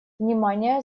внимания